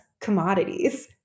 commodities